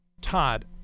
Todd